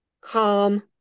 calm